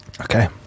Okay